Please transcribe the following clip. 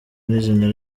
n’izina